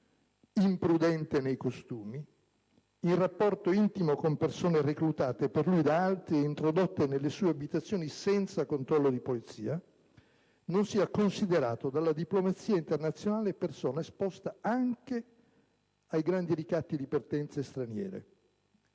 imprudente nei costumi, in rapporto intimo con persone reclutate per lui da altri e introdotte nelle sue abitazioni senza alcun controllo di polizia, sia considerato dalla diplomazia internazionale persona esposta anche ai grandi ricatti di potenze straniere,